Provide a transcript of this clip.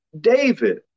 David